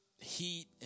heat